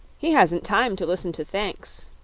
he hasn't time to listen to thanks,